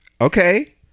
Okay